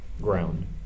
ground